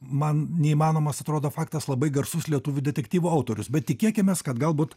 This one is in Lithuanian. man neįmanomas atrodo faktas labai garsus lietuvių detektyvų autorius bet tikėkimės kad galbūt